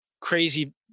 crazy